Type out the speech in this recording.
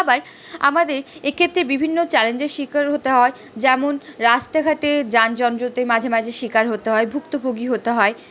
আবার আমাদের এক্ষেত্রে বিভিন্ন চ্যালেঞ্জের শিকার হতে হয় যেমন রাস্তাঘাটে যানজটের মাঝজমাঝে শিকার হতে হয় ভুক্তভোগী হতে হয়